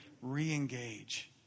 re-engage